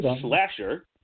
Slasher